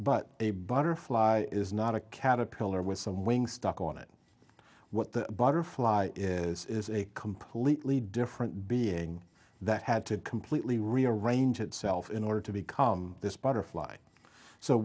but a butterfly is not a caterpillar with some wings stuck on it what the butterfly is is a completely different being that had to completely rearrange itself in order to become this butterfly so